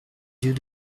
yeux